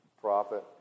profit